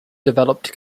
developed